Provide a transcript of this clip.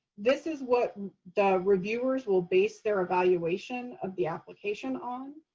this is what the reviewers will base their evaluation of the application on.